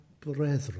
brethren